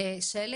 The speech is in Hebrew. אוקי,